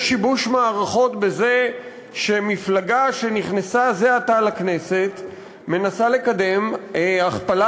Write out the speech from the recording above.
יש שיבוש מערכות בזה שמפלגה שנכנסה זה עתה לכנסת מנסה לקדם הכפלה